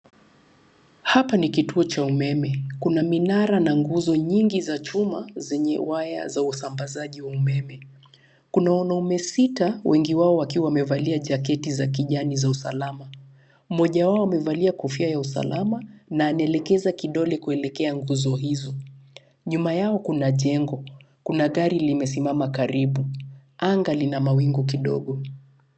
Hapa ni kituo cha umeme. Kuna minara na nguzo nyingi za chuma zenye waya za usambazaji wa umeme. Kuna wanaume sita, wengi wao wakiwa wamevalia jaketi za kijani za usalama. Mmoja wao amevalia kofia ya usalama na anaelekeza kidole kuelekea nguzo hizo. Nyuma yao kuna jengo. Kuna gari limesimama karibu. Anga lina mawingu kidogo.